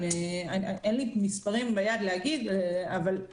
אין לי מספרים ביד להגיד, אבל אני